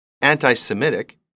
anti-semitic